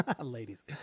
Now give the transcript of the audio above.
Ladies